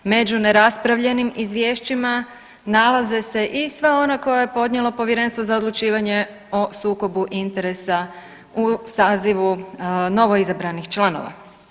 Među neraspravljenim izvješćima nalaze se i sva ona koja je podnijelo Povjerenstvo o odlučivanju o sukobu interesa u sazivu novo izabranih članova.